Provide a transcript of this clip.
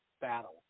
battle